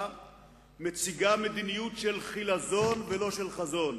מציגה מדיניות של חילזון ולא של חזון.